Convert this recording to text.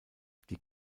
die